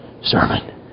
sermon